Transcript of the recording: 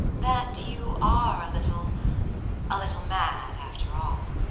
that you are a little a little mad after all.